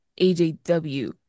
AJW